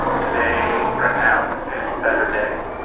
today, right now is a better day.